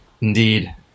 Indeed